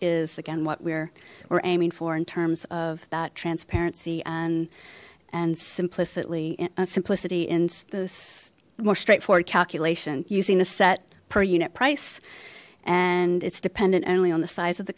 is again what we're aiming for in terms of that transparency and and simplicity simplicity in this more straightforward calculation using a set per unit price and it's dependent only on the size of the